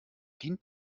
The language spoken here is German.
dient